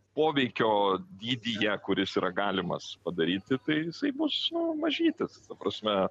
poveikio dydyje kuris yra galimas padaryti tai jisai bus mažytis ta prasme